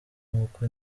n’uko